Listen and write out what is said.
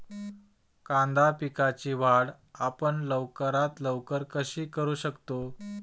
कांदा पिकाची वाढ आपण लवकरात लवकर कशी करू शकतो?